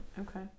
Okay